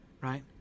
right